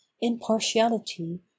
IMPARTIALITY